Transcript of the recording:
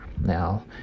Now